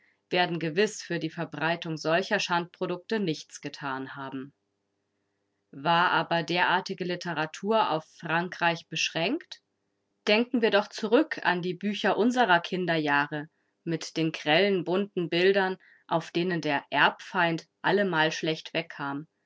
werden gewiß für die verbreitung solcher schandprodukte nichts getan haben war aber derartige literatur auf frankreich beschränkt denken wir doch zurück an die bücher unserer kinderjahre mit den grellen bunten bildern auf denen der erbfeind allemal schlecht wegkam